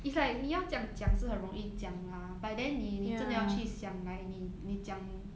it's like 你要这样讲是很容易讲 lah but then 你你真的要去想 like 你你讲